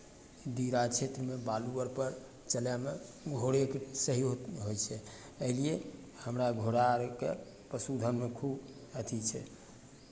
दियरा क्षेत्रमे बालू अरपर चलयमे घोड़े सही होइ छै एहि लिए हमरा घोड़ा आरके पशुधनमे खूब अथि छै